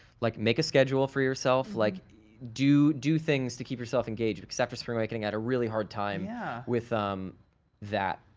like make a schedule for yourself. like do do things to keep yourself engaged. because after spring awakening i had a really hard time yeah with um that.